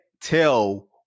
tell